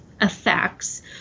effects